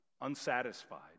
unsatisfied